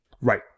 Right